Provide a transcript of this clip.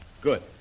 Good